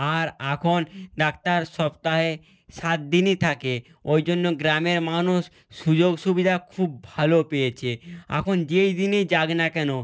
আর আখন ডাক্তার সপ্তাহে সাত দিনই থাকে ওই জন্য গ্রামের মানুষ সুযোগ সুবিধা খুব ভালো পেয়েছে আখন যেই দিনই যাক না কেন